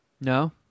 No